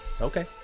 Okay